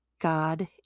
God